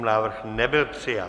Návrh nebyl přijat.